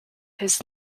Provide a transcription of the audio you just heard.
his